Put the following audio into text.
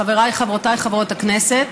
חבריי וחברותיי חברות הכנסת,